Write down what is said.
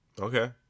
Okay